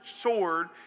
sword